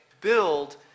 build